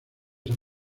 san